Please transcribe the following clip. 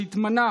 שהתמנה